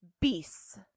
Beasts